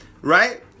right